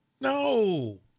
No